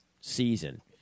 season